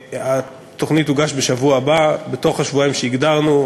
התוכנית תוגש בשבוע הבא, בתוך השבועיים שהגדרנו.